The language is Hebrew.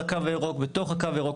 מעבר לקו הירוק או בתוך הקו הירוק.